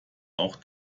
auch